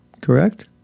Correct